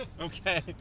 Okay